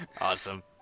Awesome